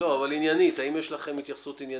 אבל עניינית, האם יש לכם התייחסות עניינית?